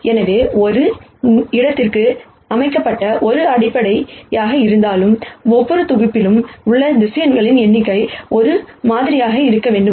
எனவே இது ஒரே இடத்திற்கு அமைக்கப்பட்ட ஒரு அடிப்படையாக இருந்தால் ஒவ்வொரு தொகுப்பிலும் உள்ள வெக்டர்ஸ் எண்ணிக்கை ஒரே மாதிரியாக இருக்க வேண்டும்